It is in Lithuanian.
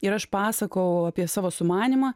ir aš pasakojau apie savo sumanymą